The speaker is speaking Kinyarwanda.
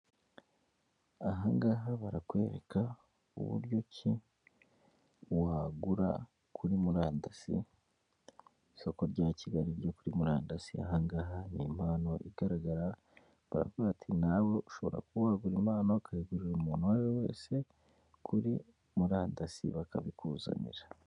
Aha ngaha barakwereka uburyo ki wagura kuri murandasi, isoko rya Kigali ryo kuri murandasi, aha ngaha ni impano igaragara, barakubwira bati "nawe ushobora kuba wagura impano, ukayigurira umuntu uwo ari we wese kuri murandasi bakabikuzanira."